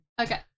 Okay